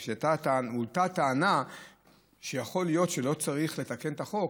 כי הועלתה הטענה שיכול להיות שלא צריך לתקן את החוק,